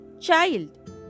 child